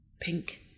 pink